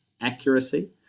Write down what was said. accuracy